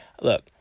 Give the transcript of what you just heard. look